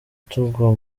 tugwa